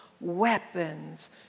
weapons